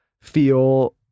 feel